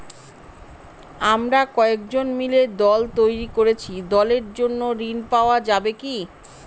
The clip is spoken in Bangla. আমরা কয়েকজন মিলে দল তৈরি করেছি দলের জন্য ঋণ পাওয়া যাবে কি?